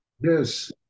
Yes